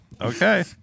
Okay